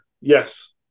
Yes